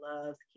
loves